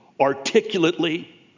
articulately